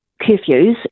curfews